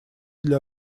для